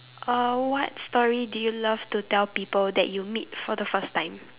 uh what story did you love to tell people that you meet for the first time